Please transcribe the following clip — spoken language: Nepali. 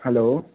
हेलो